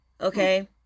okay